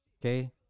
Okay